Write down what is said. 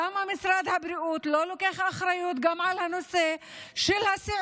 למה משרד הבריאות לא לוקח אחריות גם על נושא הסיעוד?